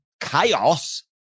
chaos